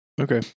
Okay